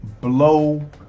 blow